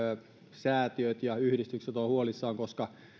ja yhdistykset ovat huolissaan ja